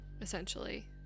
essentially